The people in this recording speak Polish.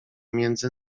między